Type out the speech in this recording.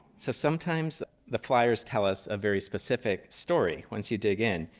so sometimes, the flyers tell us a very specific story once you dig in.